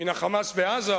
מן ה"חמאס" בעזה,